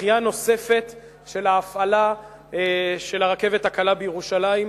דחייה נוספת של ההפעלה של הרכבת הקלה בירושלים.